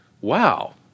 wow